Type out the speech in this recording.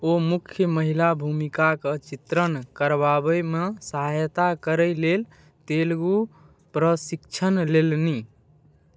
ओ मुख्य महिला भूमिका के चित्रण करबाबै मे सहायता करै लेल तेलुगु प्रशिक्षण लेलनि